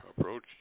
approach